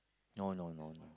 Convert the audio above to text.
no no no